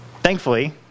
thankfully